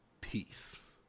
Peace